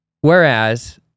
Whereas